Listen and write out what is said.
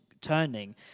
turning